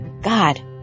God